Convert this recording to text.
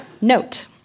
Note